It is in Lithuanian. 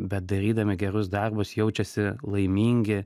bet darydami gerus darbus jaučiasi laimingi